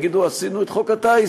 יגידו: עשינו את חוק הטיס,